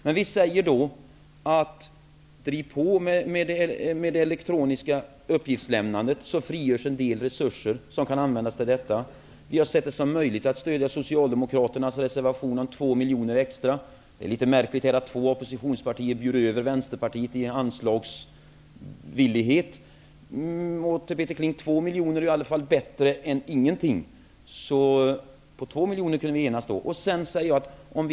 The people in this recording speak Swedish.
Men vi säger att driv på med det elektroniska uppgiftslämnandet, som frigör en del resurser som kan användas till detta. Vi har sett det som möjligt att stödja Socialdemokraternas reservation om 2 miljoner extra. Det är litet märkligt att två oppositionspartier bjuder över Vänsterpartiet i en anslagsvillighet. Men, Peter Kling, 2 miljoner är i alla fall bättre än ingenting. Om 2 miljoner borde vi kunna enas.